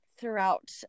throughout